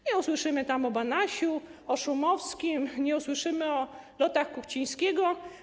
Nie usłyszymy tam o Banasiu, o Szumowskim, nie usłyszymy o lotach Kuchcińskiego.